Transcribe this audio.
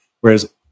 Whereas